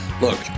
Look